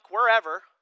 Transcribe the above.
wherever